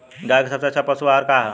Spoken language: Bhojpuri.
गाय के सबसे अच्छा पशु आहार का ह?